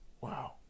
wow